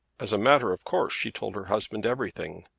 as a matter of course she told her husband everything.